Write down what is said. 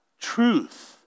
truth